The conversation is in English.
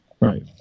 Right